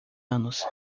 anos